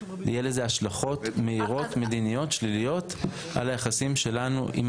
יהיה לזה השלכות מהירות מדיניות שליליות על היחסים שלנו.